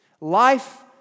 life